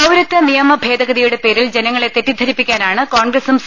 പൌരത്വ നിയമ ഭേദഗതിയുടെ പേരിൽ ജനങ്ങളെ തെറ്റിദ്ധരിപ്പിക്കാനാണ് കോൺഗ്രസും സി